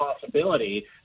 possibility